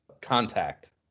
contact